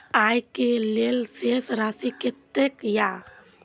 आय के लेल शेष राशि कतेक या?